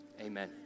amen